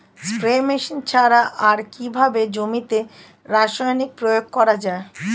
Spray machine ছাড়া আর কিভাবে জমিতে রাসায়নিক প্রয়োগ করা যায়?